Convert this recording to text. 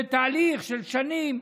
זה תהליך של שנים.